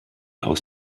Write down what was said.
aus